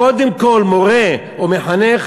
קודם כול מורה הוא מחנך,